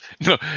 No